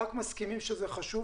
רק מסכימים שזה חשוב.